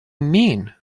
mean